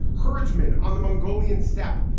herdsmen on the mongolian steppe.